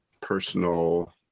personal